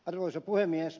arvoisa puhemies